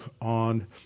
on